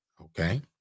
okay